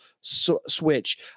switch